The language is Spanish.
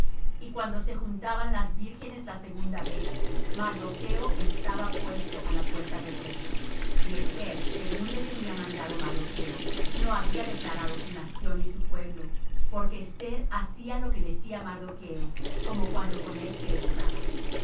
y cuando se juntaban las vírgenes la segunda vez mardocho estaba puesto a la puerta el rey y esther según le tenía mandado mardocho no había declarado su nación ni su pueblo porque esther hacía lo que decía mardocho como cuando con él se educaba